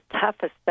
toughest